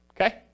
Okay